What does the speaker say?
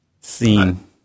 seen